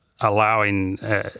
Allowing